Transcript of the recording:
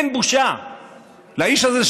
אין בושה לאיש הזה,